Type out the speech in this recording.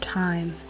time